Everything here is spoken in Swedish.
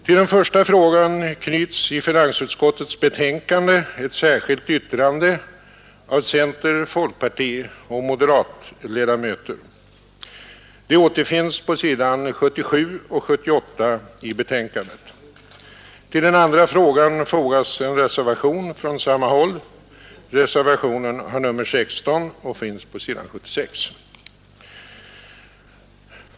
Till den första frågan knyts i finansutskottets betänkande ett särskilt yttrande av center-, folkpartioch moderatledamöterna. Det återfinns på s. 77 och 78 i betänkandet. I den andra frågan föreligger en reservation från samma håll. Reservationen har nummer 16 och finns på s. 76.